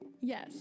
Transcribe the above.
Yes